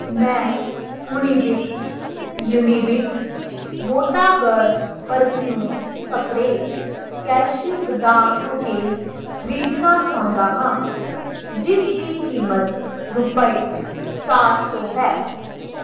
ਮੈਂ ਉਣੀਬਿਕ ਯੂਨੀਬਿਕ ਵੌਟਾਗਰਲ ਪਰਫਿਊਮ ਸਪਰੇਅ ਕੈਸ਼ਿਊ ਬਦਾਮ ਕੂਕੀਜ਼ ਖਰੀਦਣਾ ਚਾਹੁੰਦਾ ਹਾਂ ਜਿਸ ਦੀ ਕੀਮਤ ਰੁਪਏ ਚਾਰ ਸੌ ਹੈ